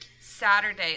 Saturday